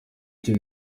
icyo